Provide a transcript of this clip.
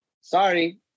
Sorry